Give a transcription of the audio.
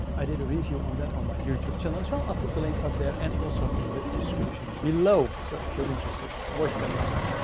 i did a review on that, on my youtube channel as well. i'll put the link up there and also in the description below. so if you're interested, watch that one as well.